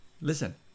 Listen